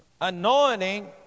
anointing